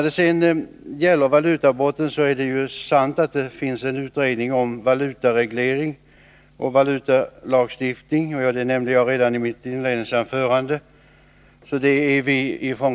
Beträffande valutabrotten är det sant att det pågår en utredning om valutareglering och valutalagstiftning. Det nämnde jag i mitt inledningsanförande.